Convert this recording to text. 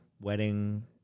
wedding